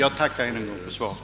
Jag tackar än en gång för svaret.